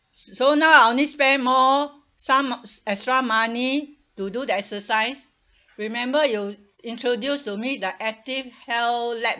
so now I only spend more some extra money to do the exercise remember you introduce to me the active health lab